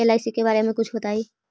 LIC के बारे मे कुछ बताई?